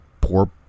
poor